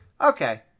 okay